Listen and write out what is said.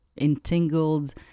entangled